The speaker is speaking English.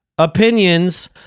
Opinions